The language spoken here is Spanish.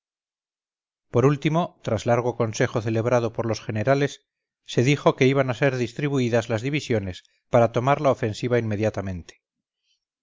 por último tras largo consejo celebrado por losgenerales se dijo que iban a ser distribuidas las divisiones para tomar la ofensiva inmediatamente